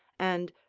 and,